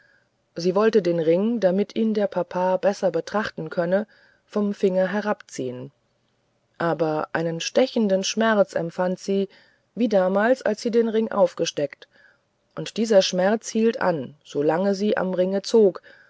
sie wollte den ring damit ihn der papa besser betrachten könne vom finger herabziehn aber einen stechenden schmerz empfand sie wie damals als sie den ring aufsteckte und dieser schmerz hielt an solange sie am ringe zog